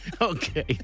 Okay